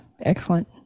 excellent